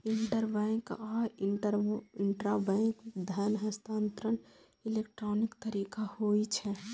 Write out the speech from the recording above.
interbank आ intrabank धन हस्तांतरण इलेक्ट्रॉनिक तरीका होइ छै